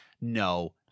No